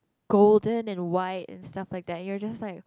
golden and white stuff like that you will just like